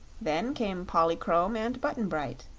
then came polychrome and button-bright,